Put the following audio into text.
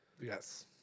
Yes